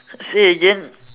say again